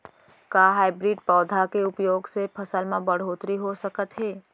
का हाइब्रिड पौधा के उपयोग से फसल म बढ़होत्तरी हो सकत हे?